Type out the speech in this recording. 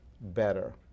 better